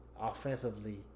offensively